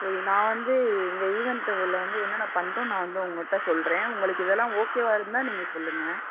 சரி நான் வந்து எங்கள் ஈவென்ட்டில் வந்து என்னென்ன பண்ணுறோம் நான் வந்து உங்ககிட்ட சொல்கிறேன் உங்களுக்கு இதெலாம் ஓகேவா இருந்தால் நீங்கள் சொல்லுங்கள்